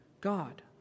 God